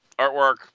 Artwork